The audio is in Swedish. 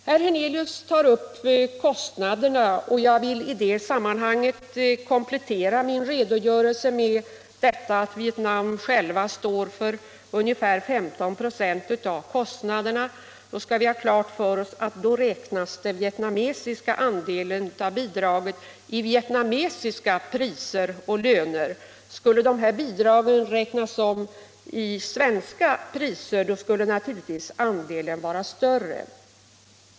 Herr Hernelius tar upp kostnaderna, och jag vill i detta sammanhang komplettera min uppgift i svaret om att Vietnam själv står för ungefär 15 96 av kostnaderna. Vi skall då ha klart för oss att den vietnamesiska andelen av bidraget beräknas i vietnamesiska priser och löner. Skulle dessa bidrag räknas om i svenska priser, skulle naturligtvis andelen vara större.